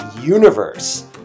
universe